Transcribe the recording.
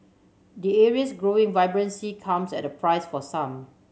the area's growing vibrancy comes at a price for some